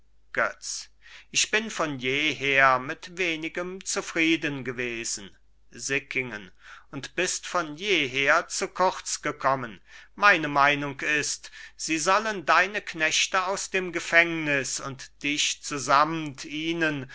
götz ich bin von jeher mit wenigem zufrieden gewesen sickingen und bist von jeher zu kurz gekommen meine meinung ist sie sollen deine knechte aus dem gefängnis und dich zusamt ihnen